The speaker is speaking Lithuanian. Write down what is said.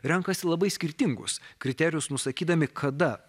renkasi labai skirtingus kriterijus nusakydami kada